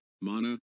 mana